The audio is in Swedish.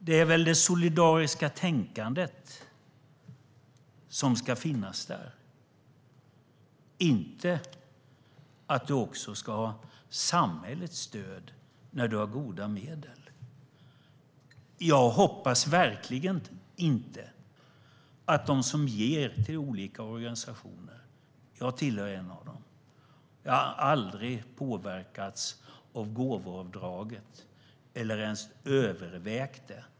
Det är väl det solidariska tänkandet som ska finnas där, inte att man också ska ha samhällets stöd när man har goda medel? Jag hoppas verkligen att de som ger till olika organisationer - jag hör själv till dem som gör det - inte påverkas av gåvoavdraget. Jag har själv inte låtit mig påverkas av det eller ens övervägt det.